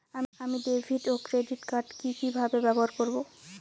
আমি ডেভিড ও ক্রেডিট কার্ড কি কিভাবে ব্যবহার করব?